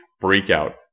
Breakout